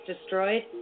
destroyed